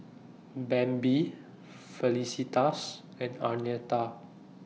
Bambi Felicitas and Arnetta